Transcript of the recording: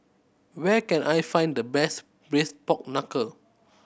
where can I find the best Braised Pork Knuckle